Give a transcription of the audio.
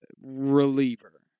Reliever